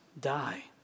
die